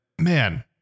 man